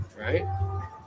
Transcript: right